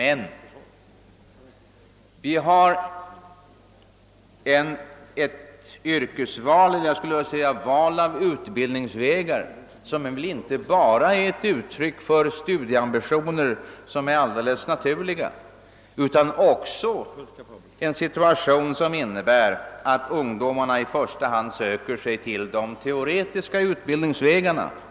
Ungdomarna har möjligheter att välja utbildningsvägar, men deras yrkesval är inte bara uttryck för naturliga studieambitioner. Vi befinner oss i en situation där ungdomarna i första hand söker sig till de teoretiska utbildningsvägarna.